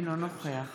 אינו נוכח